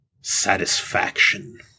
satisfaction